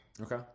Okay